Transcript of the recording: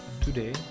Today